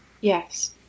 yes